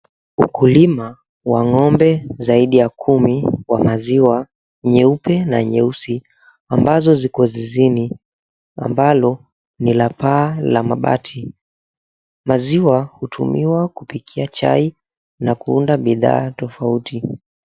Ukulima wa ng'ombe zaidi ya kumi wa maziwa nyeupe na nyeusi, ambazo ziko zizini, ambalo ni la paa la mabati. Maziwa hutumiwa kupikia chai na kuunda bidhaa tofauti.